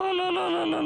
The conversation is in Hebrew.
לא, לא.